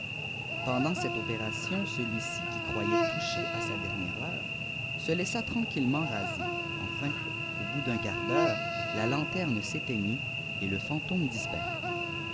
pendant cette opération celui îi qui croyait toucher à sa dernière heure se laisji tranquillement raser enfin au bout d'un quart d'heure la lanterne s'éteignit et le fantôme disparut